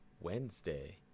Wednesday